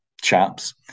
chaps